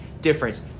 difference